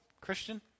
Christian